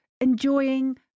enjoying